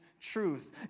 truth